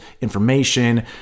information